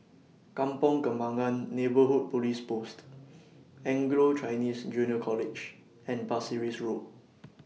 Kampong Kembangan Neighbourhood Police Post Anglo Chinese Junior College and Pasir Ris Road